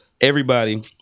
everybody-